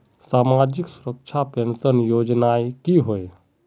सामाजिक सुरक्षा पेंशन योजनाएँ की होय?